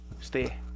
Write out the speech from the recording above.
stay